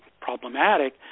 problematic